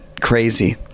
Crazy